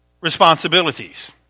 responsibilities